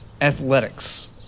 Athletics